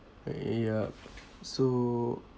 yup so